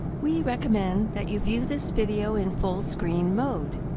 we recommend that you view this video in full screen mode.